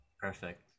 perfect